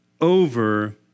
over